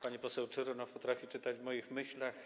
Pani poseł Czernow potrafi czytać w moich myślach.